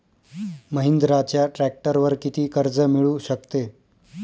महिंद्राच्या ट्रॅक्टरवर किती कर्ज मिळू शकते?